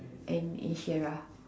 and Insyirah